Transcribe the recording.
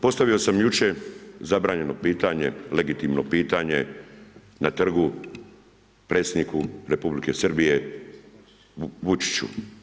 Postavio sam jučer zabranjeno pitanje, legitimno pitanje na trgu predsjedniku Republike Srbije Vučiću.